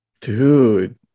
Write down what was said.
Dude